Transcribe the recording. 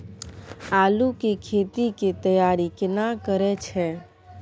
आलू के खेती के तैयारी केना करै छै?